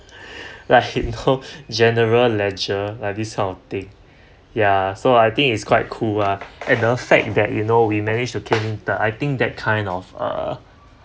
like you know general ledger like this kind of thing ya so I think it's quite cool ah and the fact that you know we managed to kill in the I think that kind of a